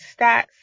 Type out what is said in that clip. stats